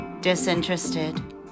disinterested